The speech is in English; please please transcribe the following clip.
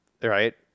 Right